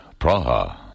Praha